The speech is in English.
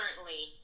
currently